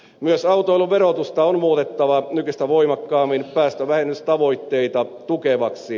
myös autoilun verotusta on muutettava nykyistä voimakkaammin päästövähennystavoitteita tukevaksi